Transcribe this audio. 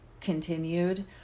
continued